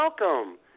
welcome